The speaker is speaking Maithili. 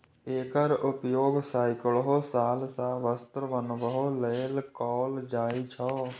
एकर उपयोग सैकड़ो साल सं वस्त्र बनबै लेल कैल जाए छै